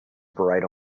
bright